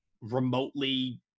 remotely